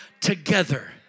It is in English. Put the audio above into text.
together